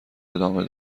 ادامه